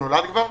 עזוב,